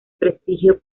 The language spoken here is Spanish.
prestigio